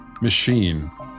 Machine